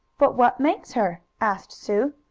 but what makes her? asked sue.